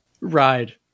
Ride